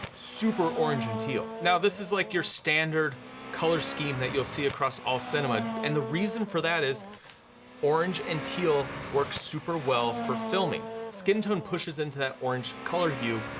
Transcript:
super orange and teal. now this is like your standard color scheme that you'll see across all cinema. and the reason for that is orange and teal work super well for filming. skin tone pushes into that orange color hue,